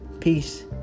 peace